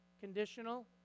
conditional